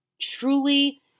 truly